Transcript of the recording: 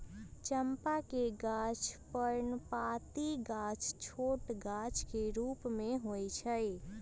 चंपा के गाछ पर्णपाती झाड़ छोट गाछ के रूप में होइ छइ